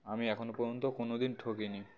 আমি এখনও পর্যন্ত কোনো দিন ঠকিনি